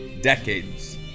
decades